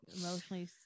emotionally